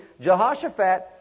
Jehoshaphat